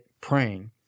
praying